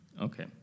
Okay